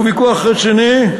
הוא ויכוח רציני,